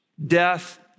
death